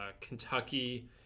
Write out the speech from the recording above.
Kentucky